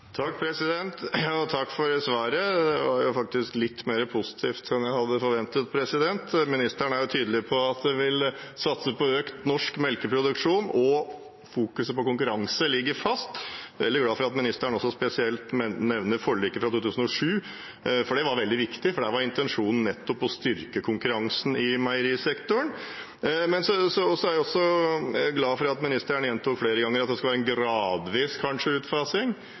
Takk for svaret. Det var faktisk litt mer positivt enn jeg hadde forventet. Ministeren er tydelig på at en vil satse på økt norsk melkeproduksjon, og at fokuset på konkurranse ligger fast. Jeg er veldig glad for at ministeren også spesielt nevner forliket fra 2007, for det var veldig viktig. Der var intensjonen nettopp å styrke konkurransen i meierisektoren. Jeg er også glad for at ministeren gjentok flere ganger at det skal være en gradvis – kanskje – utfasing.